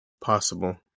possible